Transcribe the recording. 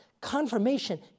Confirmation